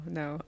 no